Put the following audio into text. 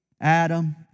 Adam